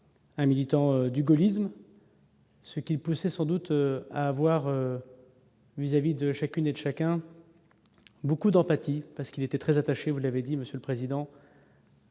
un militant du gaullisme. Ce qui pousse sans doute avoir. Vis-à-vis de chacune et chacun beaucoup d'empathie, parce qu'il était très attaché, vous l'avez dit, Monsieur le Président.